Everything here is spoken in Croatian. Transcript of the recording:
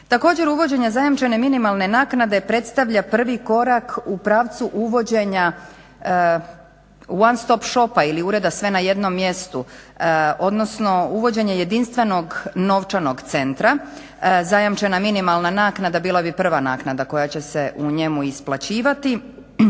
Također uvođenje zajamčene minimalne naknade predstavlja prvi korak u pravcu uvođenja one stop shopa ili Ureda sve na jednom mjestu odnosno uvođenje jedinstvenog novčanog centra. Zajamčena minimalna naknada bila bi prva naknada koja će se u njemu isplaćivati.